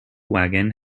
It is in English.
wagon